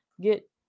Get